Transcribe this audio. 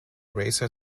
racer